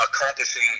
accomplishing